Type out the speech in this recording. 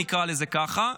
נקרא לזה ככה,